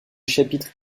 chapitre